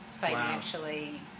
financially